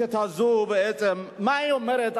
בכנסת הזאת, ובעצם, מה היא אומרת?